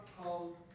called